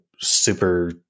super